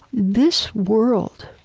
this world,